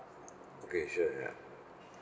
okay sure ya